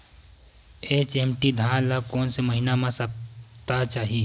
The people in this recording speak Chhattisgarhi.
एच.एम.टी धान ल कोन से महिना म सप्ता चाही?